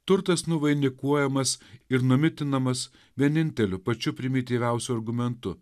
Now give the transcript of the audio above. turtas nuvainikuojamas ir numitinamas vieninteliu pačiu primityviausiu argumentu